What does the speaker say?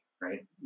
right